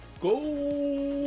Go